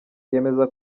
yemeza